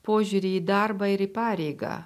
požiūrį į darbą ir į pareigą